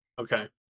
Okay